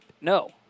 No